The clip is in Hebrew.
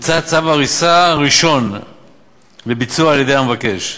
והוצא צו ההריסה הראשון לביצוע על-ידי המבקש,